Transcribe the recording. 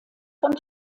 von